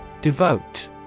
Devote